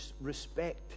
respect